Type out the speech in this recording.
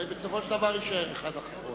הרי בסופו של דבר יישאר אחד אחרון.